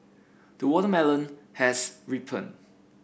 the watermelon has ripened